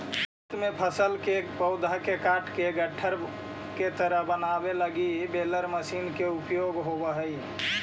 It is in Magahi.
खेत में फसल के पौधा के काटके गट्ठर के तरह बनावे लगी बेलर मशीन के उपयोग होवऽ हई